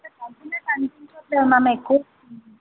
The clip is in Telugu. ఇంకా తగ్గినట్టు అనిపించట్లేదు మ్యామ్ ఎక్కువ వస్తుంది